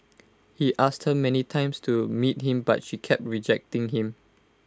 he asked many times to meet him but she kept rejecting him